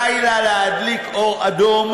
די בה להדליק אור אדום,